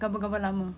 gambar-gambar lama